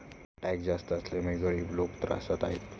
tax जास्त असल्यामुळे गरीब लोकं त्रस्त आहेत